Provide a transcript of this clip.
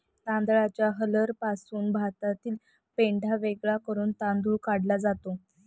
तांदळाच्या हलरपासून भातातील पेंढा वेगळा करून तांदूळ काढला जातो